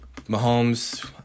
Mahomes